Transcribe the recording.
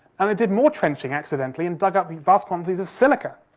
and they did more trenching, accidentally, and dug up vast quantities of silica.